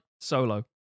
Solo